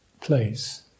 place